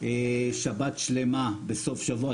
שבת שלמה בסוף שבוע.